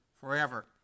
forever